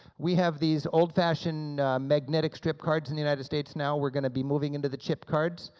we have these old-fashioned magnetic strip cards in the united states, now we're going to be moving into the chip cards.